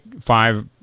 five